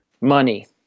Money